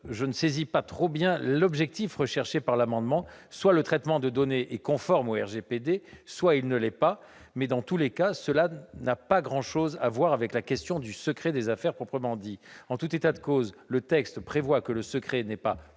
je ne saisis pas très bien l'objectif recherché au travers de l'amendement : soit le traitement de données est conforme au RGPD, soit il ne l'est pas, mais dans tous les cas cela n'a pas grand-chose à voir avec la question du secret des affaires. En tout état de cause, le texte prévoit que le secret n'est pas